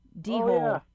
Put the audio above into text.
d-hole